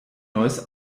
neues